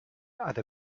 other